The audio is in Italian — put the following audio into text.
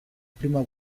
prima